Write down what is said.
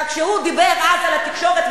רק שהוא דיבר אז על התקשורת,